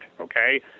okay